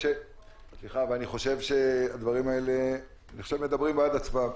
אני חושב שהדברים האלה מדברים בעד עצמם.